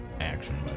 action